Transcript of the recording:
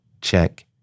Check